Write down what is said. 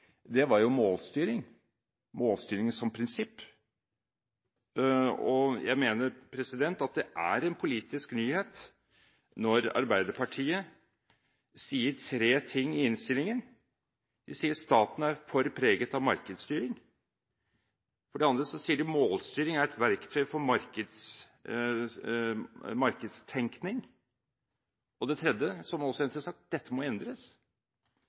målstyring som prinsipp. Og jeg mener at det er en politisk nyhet når Arbeiderpartiet sier tre ting i innstillingen. De sier for det første at staten er for preget av markedsstyring. For det andre sier de at målstyring er et verktøy for markedstenkning. Og for det tredje, som også er interessant, sier de at dette må endres.